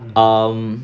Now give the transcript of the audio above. um